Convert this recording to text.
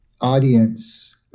audience